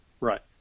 Right